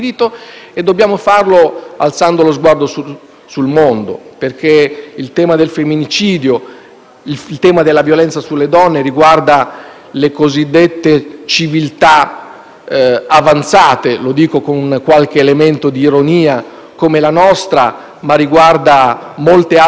sul mondo, perché il tema del femminicidio, il tema della violenza sulle donne, riguarda sì le cosiddette civiltà avanzate - lo dico con un qualche elemento di ironia - come la nostra, ma riguarda anche molte altre realtà in giro per il mondo. Lo *slogan*